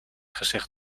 gezegd